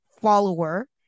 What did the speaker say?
follower